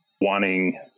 wanting